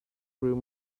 room